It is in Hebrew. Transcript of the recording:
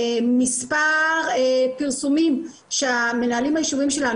מספר פרסומים שמנהלים היישוביים שלנו,